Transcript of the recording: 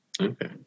Okay